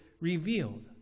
revealed